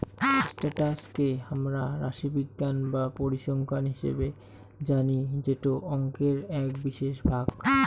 status কে হামরা রাশিবিজ্ঞান বা পরিসংখ্যান হিসেবে জানি যেটো অংকের এক বিশেষ ভাগ